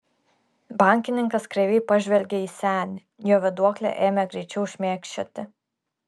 bankininkas kreivai pažvelgė į senį jo vėduoklė ėmė greičiau šmėkščioti